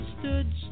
stood